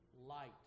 light